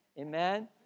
Amen